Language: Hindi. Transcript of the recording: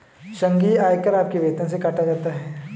संघीय आयकर आपके वेतन से काटा जाता हैं